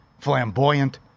Flamboyant